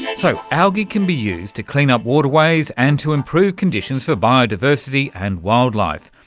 yeah so algae can be used to clean up waterways and to improve conditions for biodiversity and wildlife.